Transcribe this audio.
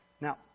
Now